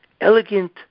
elegant